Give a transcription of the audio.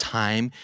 time